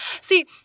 See